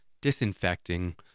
disinfecting